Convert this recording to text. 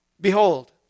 Behold